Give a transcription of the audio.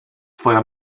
twoja